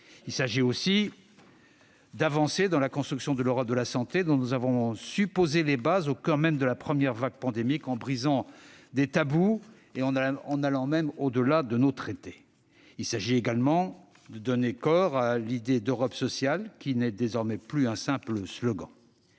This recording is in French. Il s'agit aussi d'avancer dans la construction de l'Europe de la santé, dont nous avons su poser les bases au coeur même de la première vague pandémique, en brisant des tabous et en allant même au-delà de nos traités. Il s'agit également de donner corps à l'idée d'une Europe sociale, qui n'est plus, désormais, un simple slogan.